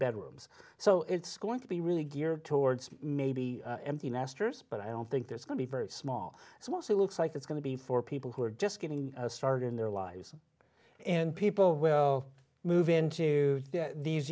bedrooms so it's going to be really geared towards maybe empty nesters but i don't think there's going to be very small also looks like it's going to be for people who are just getting started in their lives and people will move into these